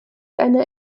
eine